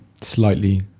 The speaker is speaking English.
slightly